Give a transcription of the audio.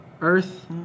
Earth